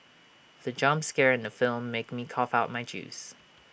the jump scare in the film made me cough out my juice